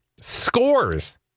scores